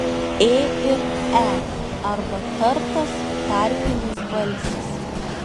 ė ir e arba tartas tarpinis balsis